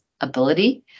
ability